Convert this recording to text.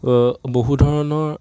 বহু ধৰণৰ